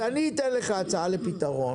אז אני אתן לך הצעה לפתרון.